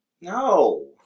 No